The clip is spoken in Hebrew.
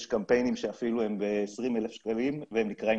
יש קמפיינים שאפילו הם ב-20,000 שקלים והם נקראים